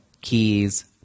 keys